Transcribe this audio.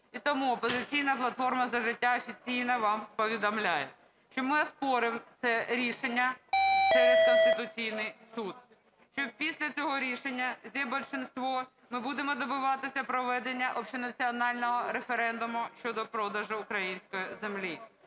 життя" офіційно вам повідомляє, що ми оспоримо це рішення через Конституційний Суд, що після цього рішення, "Зе-большинство", ми будемо добиватися проведення общенационального референдуму щодо продажу української землі.